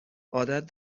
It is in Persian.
عادت